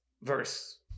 verse